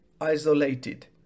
isolated